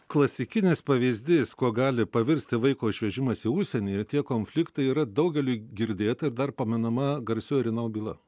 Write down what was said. klasikinis pavyzdys kuo gali pavirsti vaiko išvežimas į užsienį ir tie konfliktai yra daugeliui girdėta ir dar pamenama garsiojo rinau byla